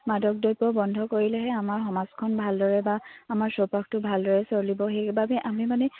মাদক দ্ৰব্য বন্ধ কৰিলেহে আমাৰ সমাজখন ভালদৰে বা আমাৰ চৌপাশটো ভালদৰে চলিব সেইবাবে আমি মানে